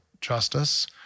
justice